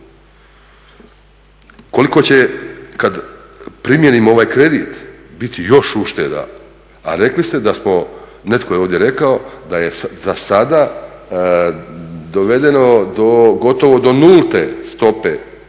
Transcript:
Koliko će kad primijenimo ovaj kredit biti još ušteda, a rekli ste da smo, netko je ovdje rekao da je za sada dovedeno do gotovo do nulte stope, dakle